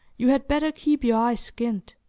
you had better keep your eyes skinned.